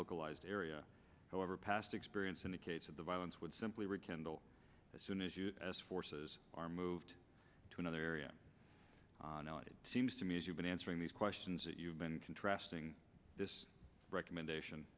localized area however past experience indicates that the violence would simply rekindle as soon as you as forces are moved to another area now it seems to me as you've been answering these questions that you've been contrasting this recommendation